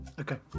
Okay